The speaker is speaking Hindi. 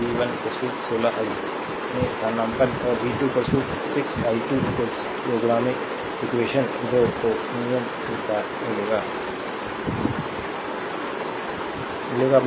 V 1 16 i 1 में स्थानापन्न और v 2 6 i2 इक्वेशन 2 को विकल्प मिलेगा